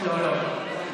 לא, לא, לא.